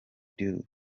diouf